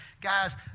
guys